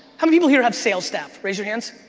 um people here have sales staff? raise your hands.